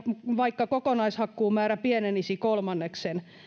vaikka kokonaishakkuumäärä pienenisi kolmanneksen